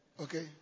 Okay